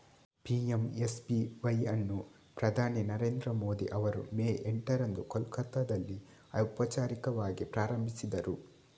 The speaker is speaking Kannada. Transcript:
ಪಿ.ಎಂ.ಎಸ್.ಬಿ.ವೈ ಅನ್ನು ಪ್ರಧಾನಿ ನರೇಂದ್ರ ಮೋದಿ ಅವರು ಮೇ ಎಂಟರಂದು ಕೋಲ್ಕತ್ತಾದಲ್ಲಿ ಔಪಚಾರಿಕವಾಗಿ ಪ್ರಾರಂಭಿಸಿದರು